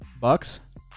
Bucks